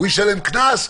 הוא ישלם קנס,